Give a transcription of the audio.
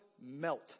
melt